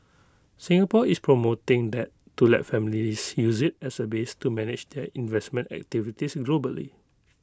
Singapore is promoting that to let families use IT as A base to manage their investment activities globally